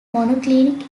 monoclinic